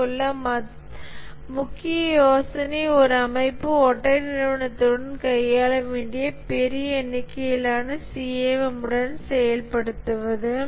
இங்குள்ள முக்கிய யோசனை ஒரு அமைப்பு ஒற்றை நிறுவனத்துடன் கையாள வேண்டிய பெரிய எண்ணிக்கையிலான CMM உடன் செயல் படுத்துவது